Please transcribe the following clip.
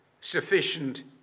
sufficient